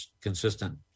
consistent